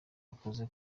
akoze